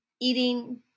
eating